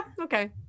Okay